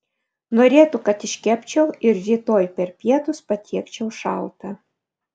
norėtų kad iškepčiau ir rytoj per pietus patiekčiau šaltą